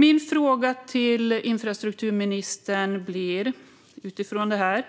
Min fråga till infrastrukturministern är: